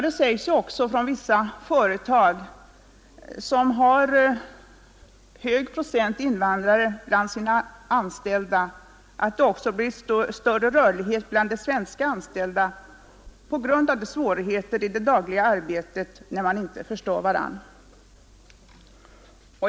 Det anges från vissa företag som har en hög procent invandrare bland sina anställda, att det blir större rörlighet också bland de svenska anställda på grund av de svårigheter i det dagliga arbetet som uppstår när man inte förstår varandra.